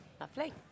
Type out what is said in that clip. Lovely